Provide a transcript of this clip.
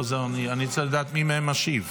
אני צריך לדעת מי מהם משיב.